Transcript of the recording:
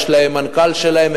יש להם מנכ"ל שלהם,